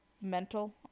mental